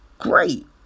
great